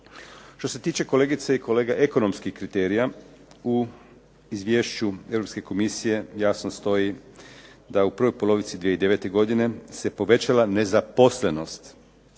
Što se tiče, kolegice i kolege, ekonomskih kriterija u izvješću Europske komisije jasno stoji da u prvoj polovici 2009. godine se povećala nezaposlenost,